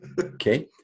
okay